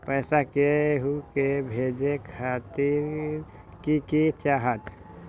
पैसा के हु के भेजे खातीर की की चाहत?